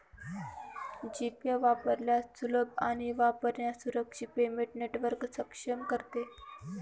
जी Pay वापरण्यास सुलभ आणि वापरण्यास सुरक्षित पेमेंट नेटवर्क सक्षम करते